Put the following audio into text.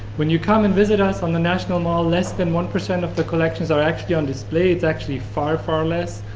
when you come and visit us on the national mall, less than one percent of the collections are actually on display, it's actually far, far less.